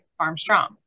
FarmStrong